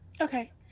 Okay